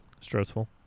Stressful